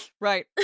Right